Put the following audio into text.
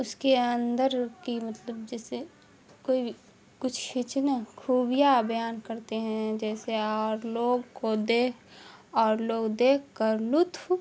اس کے اندر کی مطلب جیسے کوئی بھی کچھ کھینچنا خوبیاں بیان کرتے ہیں جیسے اور لوگ کو دیکھ اور لوگ دیکھ کر لطف